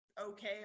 okay